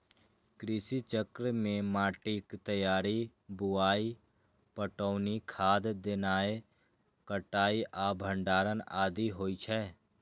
कृषि चक्र मे माटिक तैयारी, बुआई, पटौनी, खाद देनाय, कटाइ आ भंडारण आदि होइ छै